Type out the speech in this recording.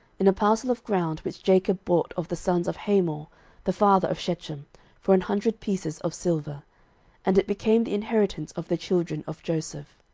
in a parcel of ground which jacob bought of the sons of hamor the father of shechem for an hundred pieces of silver and it became the inheritance of the children of joseph.